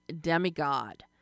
Demigod